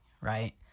right